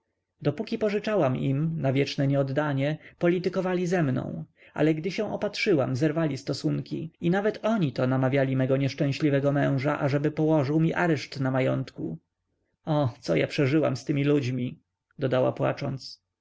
dopóki pożyczałam im na wieczne nieoddanie politykowali ze mną ale gdy się opatrzyłam zerwali stosunki i nawet oni to namawiali mego nieszczęśliwego męża ażeby położył mi areszt na majątku o co ja przeżyłam z tymi ludźmi dodała płacząc